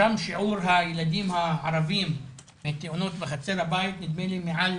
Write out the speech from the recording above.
שם שיעור הילדים הערבים מתאונות נדמה לי מעל